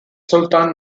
sultan